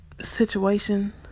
situation